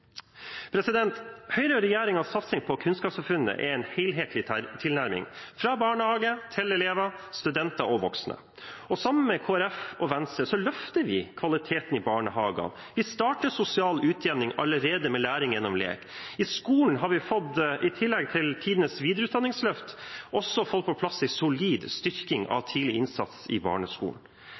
Høyre og regjeringens satsing på kunnskapssamfunnet er en helthetlig tilnærming – fra barnehage til elever, studenter og voksne. Sammen med Kristelig Folkeparti og Venstre løfter vi kvaliteten i barnehagene. Vi starter sosial utjevning allerede med læring gjennom lek. I skolen har vi, i tillegg til tidenes videreutdanningsløft, også fått på plass en solid styrking av tidlig innsats i barneskolen.